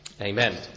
Amen